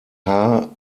haar